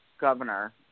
governor